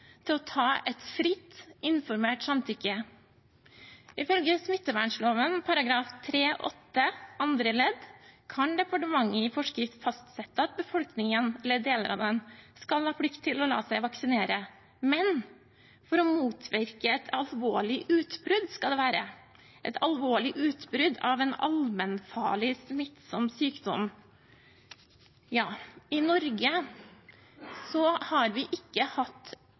å gi et fritt, informert samtykke. Ifølge smittevernloven § 3-8 andre ledd kan departementet i forskrift fastsette at befolkningen, eller deler av den, skal ha plikt til å la seg vaksinere for å motvirke et alvorlig utbrudd av en allmennfarlig smittsom sykdom. I Norge har vi ikke hatt